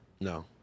No